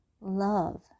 love